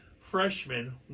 freshman